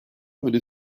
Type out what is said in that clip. öne